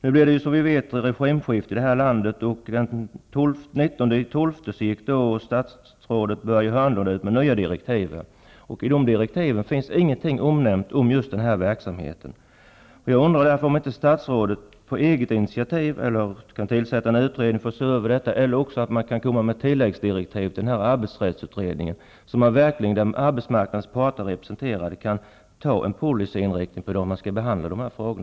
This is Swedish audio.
Nu blev det som bekant ett regimskifte i landet, och den 19 Hörnlund ut med nya direktiv. I dessa direktiv finns ingenting nämnt om denna verksamhet. Jag undrar därför om inte statsrådet på eget initiativ eller genom att tillsätta en utredning vill se över frågan eller komma med tilläggsdirektiv till arbetsrättsutredningen, så att arbetsmarknadens parter kan bestämma sig för en policyinriktning när det gäller att hantera sådana här frågor.